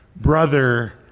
brother